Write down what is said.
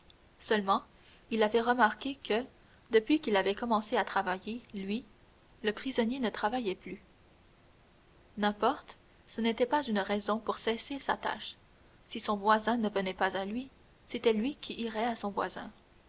seulement il avait remarqué que depuis qu'il avait commencé à travailler lui le prisonnier ne travaillait plus n'importe ce n'était pas une raison pour cesser sa tâche si son voisin ne venait pas à lui c'était lui qui irait à son voisin